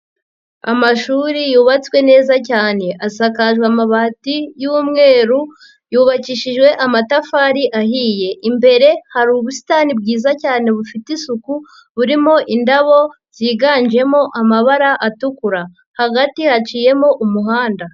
Amashuri yubatswe neza cyane, asakajwe amabati y'umweru, yubakishijwe amatafari ahiye, imbere hari ubusitani bwiza cyane bufite isuku, burimo indabo ziganjemo amabara atukura, hagati haciyemo umuhanda.